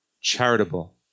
charitable